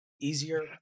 easier